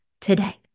today